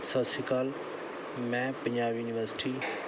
ਸਤਿ ਸ਼੍ਰੀ ਅਕਾਲ ਮੈਂ ਪੰਜਾਬ ਯੂਨੀਵਰਸਿਟੀ